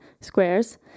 squares